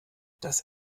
das